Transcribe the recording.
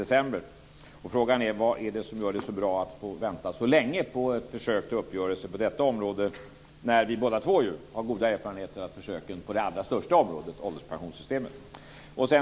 Vad är det som gör det så bra att få vänta så länge på ett försök till uppgörelse på detta område?